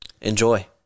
enjoy